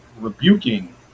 rebuking